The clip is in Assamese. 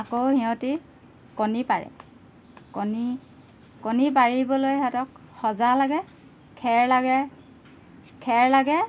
আকৌ সিহঁতি কণী পাৰে কণী কণী পাৰিবলৈ সিহঁতক সজা লাগে খেৰ লাগে খেৰ লাগে